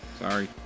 Sorry